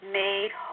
made